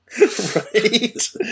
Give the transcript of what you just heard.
Right